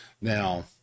now